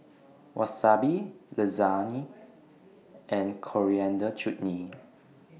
Wasabi Lasagne and Coriander Chutney